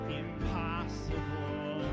impossible